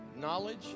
knowledge